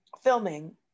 filming